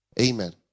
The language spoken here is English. Amen